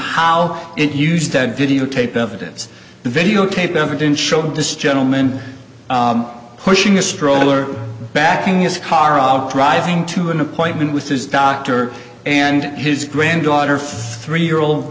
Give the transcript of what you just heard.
how it used that videotape evidence the videotape evidence showed this gentleman pushing a stroller backing his car out driving to an appointment with his doctor and his granddaughter for three year old